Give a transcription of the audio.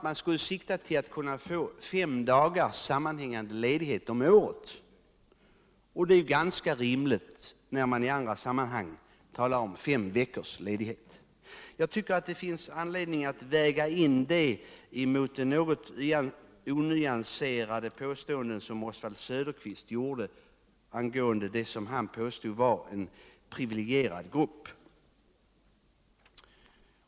Man säger vidare att jordbrukarna bör få tem dagars sammanhängande ledighet om året, och även detta är ju rimligt, när man i andra sammanhang talar om fem veckors ledighet. Det finns enligt min mening anledning att väga detta emot de något onyanserade påståenden som Oswald Söderqvist gjorde om en enligt hans uppfattning privilegierad grupp.